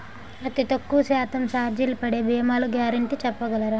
అతి తక్కువ శాతం ఛార్జీలు పడే భీమాలు గ్యారంటీ చెప్పగలరా?